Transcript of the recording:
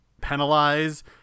penalize